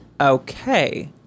Okay